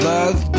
Love